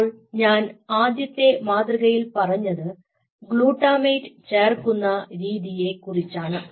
അപ്പോൾ ഞാൻ ആദ്യത്തെ മാതൃകയിൽ പറഞ്ഞത് ഗ്ലുട്ടാമേറ്റ് ചേർക്കുന്ന രീതിയെ കുറിച്ചാണ്